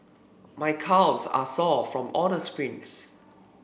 my calves are sore from all the sprints